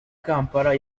kampala